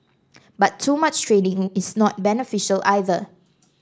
but too much training is not beneficial either